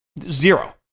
Zero